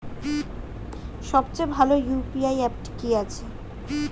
সবচেয়ে ভালো ইউ.পি.আই অ্যাপটি কি আছে?